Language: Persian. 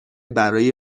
برای